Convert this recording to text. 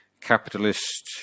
capitalist